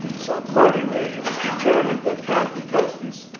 so accordingly it was determined that cathy cousins,